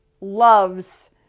loves